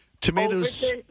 Tomatoes